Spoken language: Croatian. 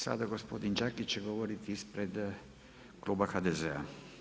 Sada gospodin Đakić će govoriti ispred kluba HDZ-a.